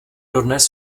dodnes